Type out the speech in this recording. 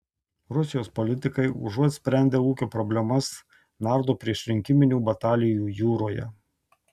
rusijos politikai užuot sprendę ūkio problemas nardo priešrinkiminių batalijų jūroje